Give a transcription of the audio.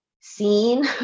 seen